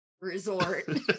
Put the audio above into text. resort